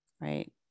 right